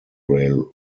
rail